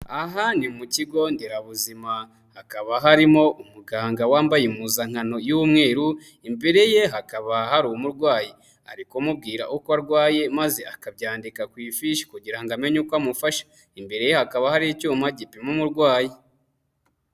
Aha ni mu kigo nderabuzima hakaba harimo umuganga wambaye impuzankano y'umweru, imbere ye hakaba hari umurwayi, ari kumubwira uko arwaye maze akabyandika ku ifishi kugira ngo amenye uko amufasha, imbere ye hakaba hari icyuma gipima umurwayi.